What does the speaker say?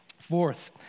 Fourth